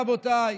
רבותיי,